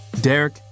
Derek